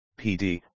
PD